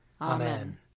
Amen